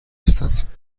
هستند